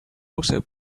also